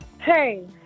Hey